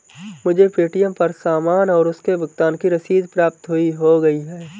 मुझे पे.टी.एम पर सामान और उसके भुगतान की रसीद प्राप्त हो गई है